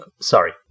Sorry